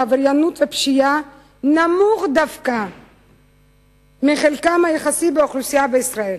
בעבריינות ובפשיעה נמוך דווקא מחלקם היחסי באוכלוסייה בישראל.